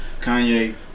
Kanye